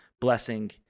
blessing